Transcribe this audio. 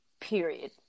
period